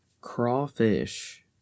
crawfish